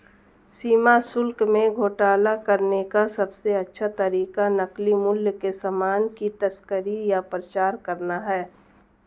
सीमा शुल्क में घोटाला करने का सबसे अच्छा तरीका नकली मूल्य के सामान की तस्करी या प्रचार करना है